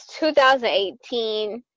2018